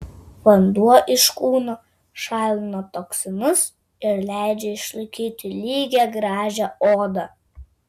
vanduo iš kūno šalina toksinus ir leidžia išlaikyti lygią gražią odą